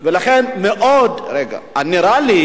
לכן, נראה לי